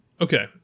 Okay